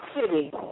City